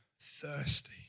thirsty